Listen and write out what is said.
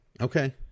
Okay